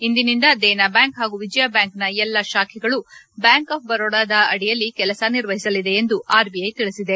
ಇಂದಿನಿಂದ ದೇನಾ ಬ್ಯಾಂಕ್ ಹಾಗೂ ವಿಜಯಾ ಬ್ನಾಂಕ್ನ ಎಲ್ಲಾ ಶಾಖೆಗಳು ಬ್ನಾಂಕ್ ಆಫ್ ಬರೋಡಾದಡಿಯಲ್ಲಿ ಕೆಲಸ ನಿರ್ವಹಿಸಲಿದೆ ಎಂದು ಆರ್ಬಿಐ ತಿಳಿಸಿದೆ